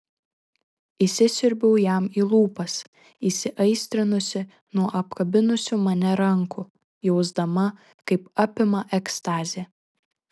įsisiurbiau jam į lūpas įsiaistrinusi nuo apkabinusių mane rankų jausdama kaip apima ekstazė